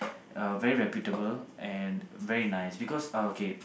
uh very reputable and very nice because uh okay